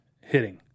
hitting